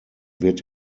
wird